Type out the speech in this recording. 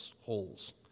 holes